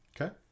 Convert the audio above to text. okay